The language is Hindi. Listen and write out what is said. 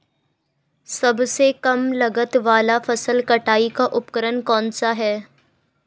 सबसे कम लागत वाला फसल कटाई का उपकरण कौन सा है?